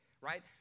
Right